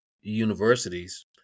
universities